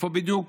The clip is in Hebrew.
איפה בדיוק